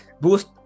boost